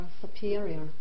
superior